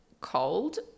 cold